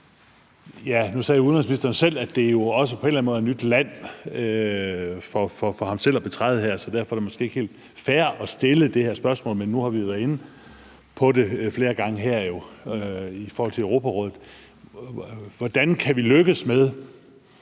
Nu sagde udenrigsministeren selv, at det jo også på en eller anden måde er nyt land for ham selv at betræde her, så derfor er det måske ikke helt fair at stille det her spørgsmål, men nu har vi jo været inde på det flere gange her i forhold til Europarådet. Hvordan kan vi lykkes med